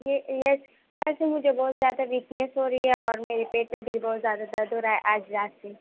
یہ یس کل سے مجھے بہت زیادہ ویکنیس ہو رہی ہے اور میرے پیٹ میں بھی بہت زیادہ درد ہو رہا ہے آج رات سے